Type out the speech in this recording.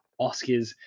Oscars